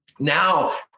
Now